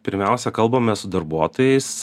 pirmiausia kalbame su darbuotojais